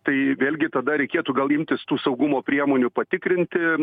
tai vėlgi tada reikėtų gal imtis tų saugumo priemonių patikrinti